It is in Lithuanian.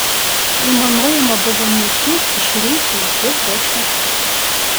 aimanuojama buvo ne tiek iš reikalo kiek dėl šnektos